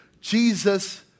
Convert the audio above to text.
Jesus